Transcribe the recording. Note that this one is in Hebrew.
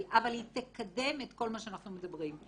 אבל היא תקדם את כל מה שאנחנו מדברים.